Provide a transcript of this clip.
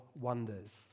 wonders